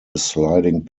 sliding